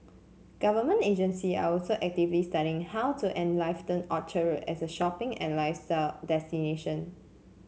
government agency are also actively studying how to enliven Orchard Road as a shopping and lifestyle destination